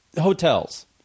hotels